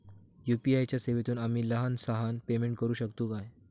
UPI च्या सेवेतून आम्ही लहान सहान पेमेंट करू शकतू काय?